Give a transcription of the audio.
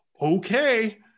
Okay